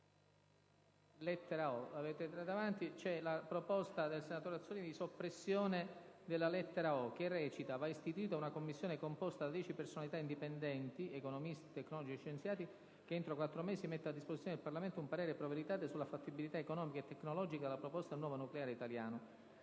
Governo ad esprimersi, mira alla soppressione della lettera *o)*, che recita: «va istituita un commissione composta da 10 personalità indipendenti (economisti, tecnologi, scienziati) che entro quattro mesi metta a disposizione del Parlamento un parere *pro veritate* sulla fattibilità economica e tecnologica della proposta del nuovo nucleare italiano».